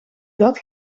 dat